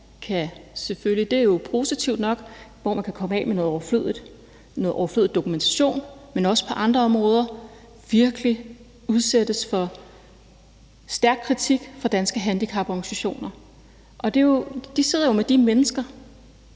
positivt nok – gør, at man kan komme af med noget overflødig dokumentation, men som på andre områder virkelig udsættes for stærk kritik fra Danske Handicaporganisationer. Og de sidder jo med de mennesker